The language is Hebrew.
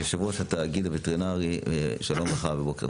יושב-ראש התאגיד הווטרינרי, שלום לך ובוקר טוב.